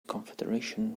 confederation